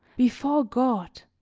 before god,